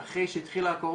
מה זה אומר מבחינתך?